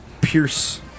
pierce